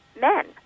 men